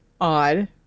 odd